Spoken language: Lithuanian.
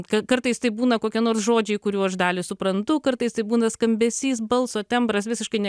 ka kartais tai būna kokie nors žodžiai kurių aš dalį suprantu kartais tai būna skambesys balso tembras visiškai ne